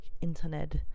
internet